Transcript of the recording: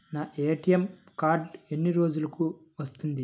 నా ATM card ఎన్ని రోజులకు వస్తుంది?